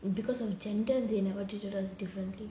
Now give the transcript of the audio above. and because of gender they never treated us differently